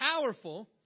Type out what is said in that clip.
powerful